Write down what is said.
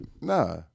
Nah